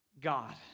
God